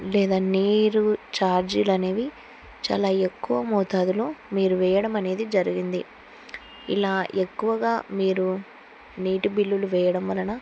లేదా నీరు ఛార్జీలు అనేవి చాలా ఎక్కువ మోతాదులో మీరు వేయడం అనేది జరిగింది ఇలా ఎక్కువగా మీరు నీటి బిల్లులు వేయడం వలన